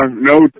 no